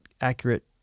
accurate